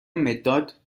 مداد